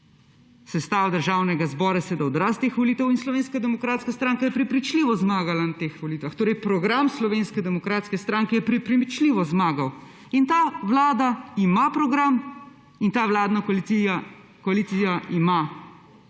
sestava državnega zbora je seveda odraz teh volitev in Slovenska demokratska stranka je prepričljivo zmagala na teh volitvah. Torej, program Slovenske demokratske stranke je prepričljivo zmagal in ta vlada ima program in ta vladna koalicija ima